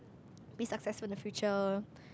be successful in the future